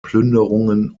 plünderungen